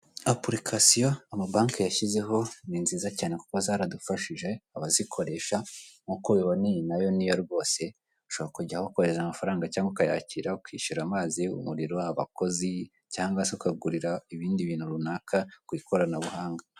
Application amabanki yashyizeho ni nziza cyane kuko zaradufashije abazikoresha nk'uko ubibona iyi na yo ni yo rwose ushobora kujyaho ukohereza amafaranga cyangwa ukayakira, ukishyura amazi, umuriro, abakozi cyangwa se ukagurira ibindi bintu runaka ku ikoranabuhanga.